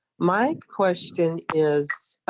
my question is